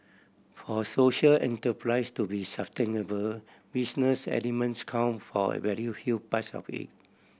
for social enterprise to be sustainable business elements count for a very huge part of it